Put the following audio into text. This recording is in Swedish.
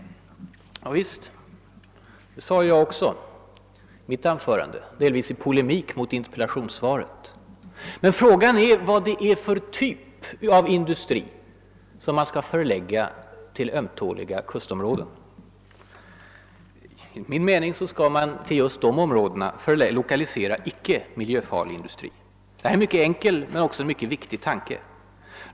Javisst, det betonade jag också i mitt anförande, delvis i polemik mot interpellationssvaret. Men frågan är: Vilken typ av industri skall man förlägga till ömtåliga kustområden? Enligt min mening skall man till de områdena lokalisera icke-miljöfarlig industri. Det är en enkel men ändå mycket viktig tanke.